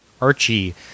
Archie